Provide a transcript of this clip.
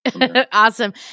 Awesome